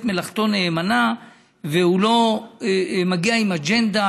מלאכתו נאמנה והוא לא מגיע עם אג'נדה,